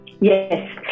Yes